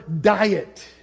diet